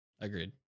agreed